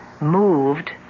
moved